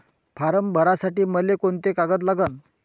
Form भरासाठी मले कोंते कागद लागन?